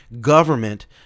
government